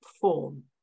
form